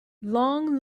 long